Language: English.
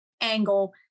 angle